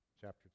chapter